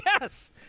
Yes